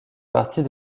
partie